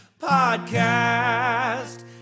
Podcast